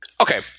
okay